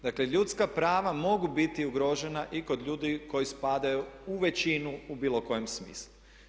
Dakle, ljudska prava mogu biti ugrožena i kod ljudi koji spadaju u većinu u bilo kojem smislu.